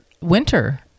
winter